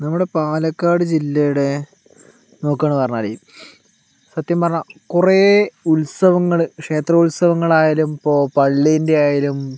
നമ്മുടെ പാലക്കാട് ജില്ലയുടെ നോക്കുവാണ് പറഞ്ഞാല് സത്യം പറഞ്ഞാൽ കുറേ ഉത്സവങ്ങള് ക്ഷേത്ര ഉത്സവങ്ങൾ ആയാലും ഇപ്പോൾ പള്ളീൻ്റെ ആയാലും